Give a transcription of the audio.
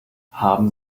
haben